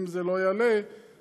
אם זה לא יעלה אז,